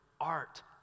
art